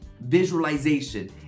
visualization